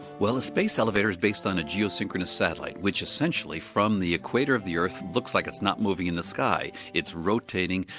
well the space elevator is based on the geosynchronous satellite, which essentially from the equator of the earth looks like it's not moving in the sky, it's rotating,